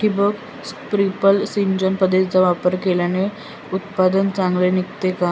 ठिबक, स्प्रिंकल सिंचन पद्धतीचा वापर केल्याने उत्पादन चांगले निघते का?